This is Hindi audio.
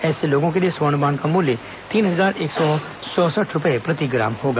ऐसे लोगों के लिए स्वर्ण बॉन्ड का मूल्य तीन हजार एक सौं चौंसठ रूपए प्रति ग्राम होगा